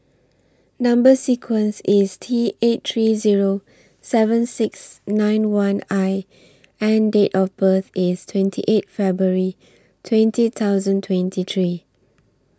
Number sequence IS T eight three Zero seven six nine one I and Date of birth IS twenty eight February twenty thousand twenty three